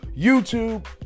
YouTube